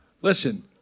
Listen